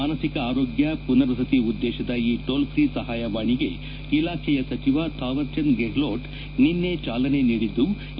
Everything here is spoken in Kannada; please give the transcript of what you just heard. ಮಾನಸಿಕ ಆರೋಗ್ಯ ಮನರ್ವಸತಿ ಉದ್ಲೇತದ ಈ ಟೋಲ್ಫ್ರೀ ಸಹಾಯವಾಣಿಗೆ ಇಲಾಖೆಯ ಸಚಿವ ಥಾವರ್ ಚಂದ್ ಗೆಹ್ಲೋಟ್ ನಿನ್ನೆ ಚಾಲನೆ ನೀಡಿದ್ಲು